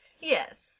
Yes